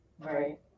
Right